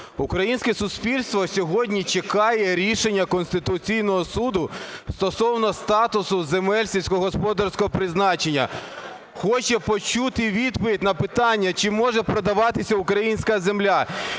Українське суспільство сьогодні чекає рішення Конституційного Суду стосовно статусу земель сільськогосподарського призначення, хоче почути відповідь на питання, чи може продаватися українська земля.